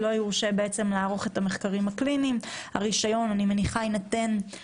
הדבר הזה גם יינתן,